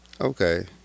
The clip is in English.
Okay